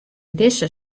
dizze